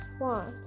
want